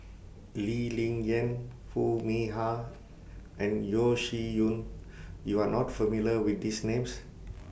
Lee Ling Yen Foo Mee Har and Yeo Shih Yun YOU Are not familiar with These Names